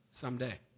someday